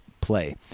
play